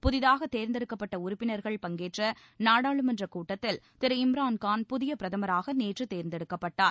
புதிதாக தேர்ந்தெடுக்கப்பட்ட உறுப்பினர்கள் பங்கேற்ற நாடாளுமன்ற கூட்டத்தில் திரு இம்ரான் கான் புதிய பிரதமராக நேற்று தேர்ந்தெடுக்கப்பட்டார்